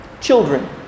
Children